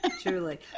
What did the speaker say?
Truly